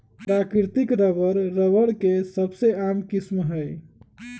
प्राकृतिक rubber, rubber के सबसे आम किस्म हई